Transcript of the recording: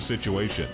situation